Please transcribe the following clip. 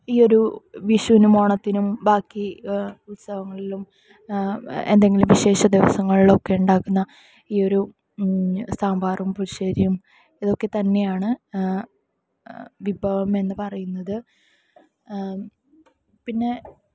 ഈ ഒരു വിഷുവിനും ഓണത്തിനും ബാക്കി ഉത്സവങ്ങളിലും എന്തെങ്കിലും വിഷേശ ദിവസങ്ങളിലോ ഒക്കെ ഉണ്ടാക്കുന്ന ഈ ഒരു സാമ്പാറും പുളിശ്ശേരിയും ഇതൊക്കെ തന്നെയാണ് വിഭവം എന്നുപറയുന്നത് പിന്നെ